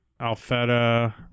Alfetta